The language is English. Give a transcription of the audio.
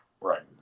Right